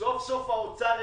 סוף סוף האוצר העביר.